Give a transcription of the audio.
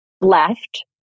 left